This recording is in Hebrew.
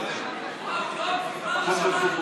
מזמן לא שמענו